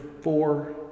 four